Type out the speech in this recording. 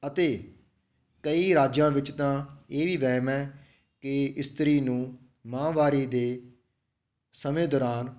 ਅਤੇ ਕਈ ਰਾਜਾਂ ਵਿੱਚ ਤਾਂ ਇਹ ਵੀ ਵਹਿਮ ਹੈ ਕਿ ਇਸਤਰੀ ਨੂੰ ਮਾਹਵਾਰੀ ਦੇ ਸਮੇਂ ਦੌਰਾਨ